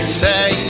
say